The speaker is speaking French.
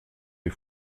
les